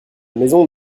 maison